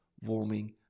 warming